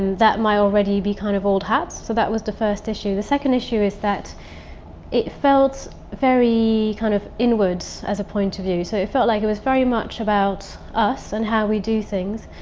that might already be kind of old hat, so that was the first issue. the second issue is that it felt very kind of inward, so as a point of view. so it felt like it was very much about us and how we do things.